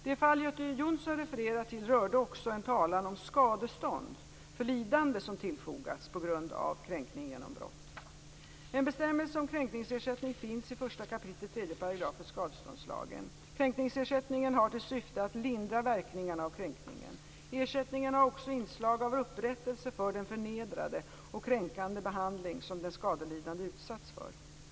Det fall Göte Jonsson refererar till rörde också en talan om skadestånd för lidande som tillfogats på grund av kränkning genom brott. En bestämmelse om kränkningsersättning finns i Ersättningen har också inslag av upprättelse för den förnedrande och kränkande behandling som den skadelidande utsatts för.